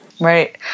right